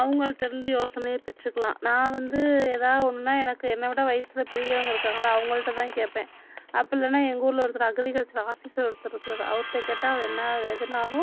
அவங்கள்ட்டேருந்து யோசனையை பெற்றுக்கலாம் நான் வந்து எதாவது ஒன்றுனா எனக்கு என்னோட வயசில் பெரியவங்க இருக்காங்கள்ல அவங்கள்கிட்ட தான் கேட்பேன் அப்படியில்லன்னா எங்கள் ஊரில் ஒருத்தர் அக்ரிகல்ச்சர் ஆஃபிஸர் ஒருத்தர் இருக்கிறாரு அவர்கிட்ட கேட்டால் அவர் என்ன எதுனாலும்